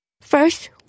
First